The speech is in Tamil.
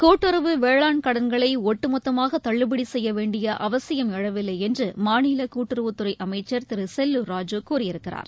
கூட்டுறவு வேளாண் கடன்களை ஒட்டுமொத்தமாக தள்ளுபடி செய்ய வேண்டிய அவசியம் எழவில்லை என்று மாநில கூட்டுறவுத்துறை அமைச்சர் திரு செல்லூர் ராஜு கூறியிருக்கிறார்